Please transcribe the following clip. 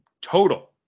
total